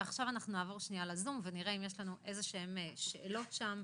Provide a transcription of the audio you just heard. עכשיו נעבור לזום ונראה אם יש שאלות שם.